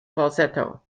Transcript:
falsetto